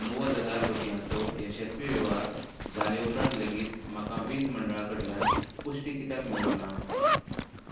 णव्वद हजार रुपयाचो यशस्वी वेव्हार जाले उपरान लेगीत म्हाका वीज मंडळा कडल्यान पुश्टी कित्याक मेळूक ना